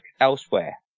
elsewhere